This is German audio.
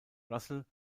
russell